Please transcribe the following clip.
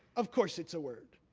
of course it's a word,